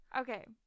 Okay